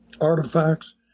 artifacts